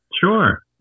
Sure